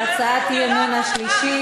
להצעת האי-אמון השלישית,